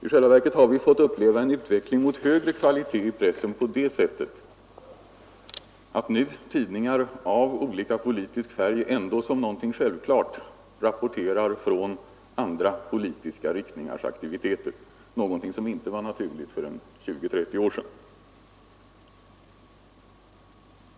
I själva verket har vi fått uppleva en utveckling mot högre kvalitet i pressen på det sättet att tidningar av olika politisk färg nu ändå som någonting självklart rapporterar från andra politiska riktningars aktiviteter — någonting som inte var naturligt för 20-30 år sedan.